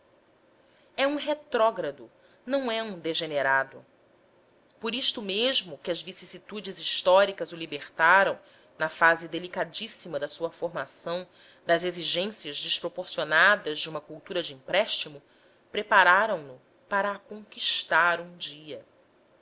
é um retrógrado não é um degenerado por isto mesmo que as vicissitudes históricas o libertaram na fase delicadíssima da sua formação das exigências desproporcionadas de uma cultura de empréstimo prepararam no para a conquistar um dia